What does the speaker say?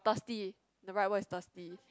thirsty the right word is thirsty